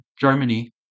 Germany